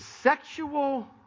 Sexual